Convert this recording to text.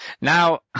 Now